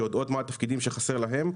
שיודעות מה התפקידים שחסר להן,